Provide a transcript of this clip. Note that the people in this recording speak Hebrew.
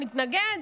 מה, נתנגד?